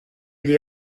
gli